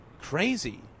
crazy